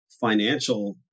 financial